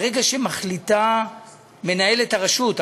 ברגע שמחליטה מנהלת הרשות,